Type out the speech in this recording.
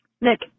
Nick